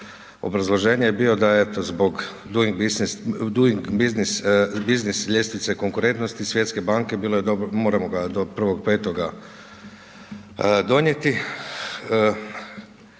obrazloženje je bilo da eto zbog doing business ljestvice konkurentnosti Svjetske banke bilo je dobro, moramo ga do 01.05. donijeti,